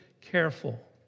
careful